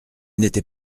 n’était